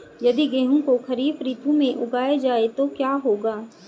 यदि गेहूँ को खरीफ ऋतु में उगाया जाए तो क्या होगा?